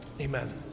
amen